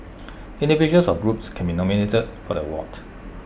individuals or groups can be nominated for the ward